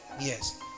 yes